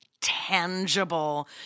Tangible